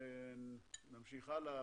נמשיך הלאה,